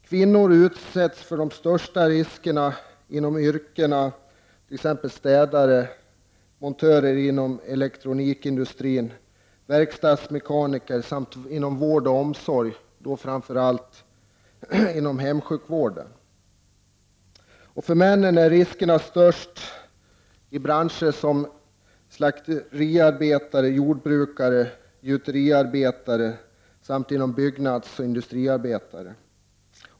Kvinnor utsätts för de största riskerna inom sådana yrken som städare, montör inom elektronikindustrin, verkstadsmekaniker samt arbeten inom vård och omsorg, framför allt inom hemsjukvården. För männen är riskerna störst i branscher som slakteriarbete, jordbruk, gjuteriarbete samt byggnadsoch industriarbete.